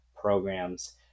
programs